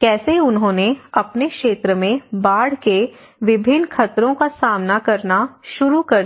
कैसे उन्होंने अपने क्षेत्र में बाढ़ के विभिन्न खतरों का सामना करना शुरू कर दिया